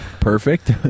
perfect